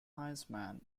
heisman